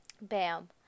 Bam